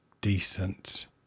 decent